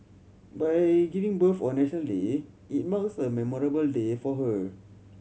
by giving birth on National Day it marks a memorable day for her